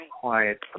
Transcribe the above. quiet